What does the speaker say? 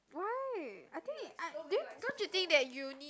why I think I don't you think that uni